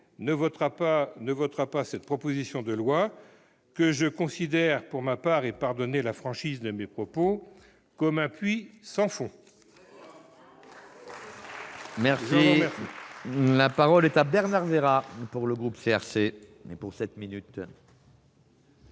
ne votera pas cette proposition de loi, que je considère pour ma part- pardonnez la franchise de mes propos ! -comme un puits sans fond. Très bien ! La parole est à M. Bernard Vera. Monsieur le